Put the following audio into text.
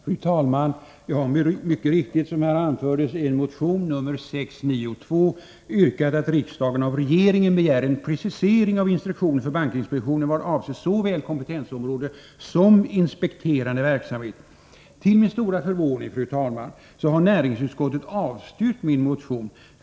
Fru talman! Jag har som anfördes mycket riktigt i en motion, nr 692, yrkat att riksdagen av regeringen skall begära en precisering av instruktionen för bankinspektionen vad avser såväl kompetensområde som inspekterande verksamhet. Till min stora förvåning, fru talman, har näringsutskottet avstyrkt min motion.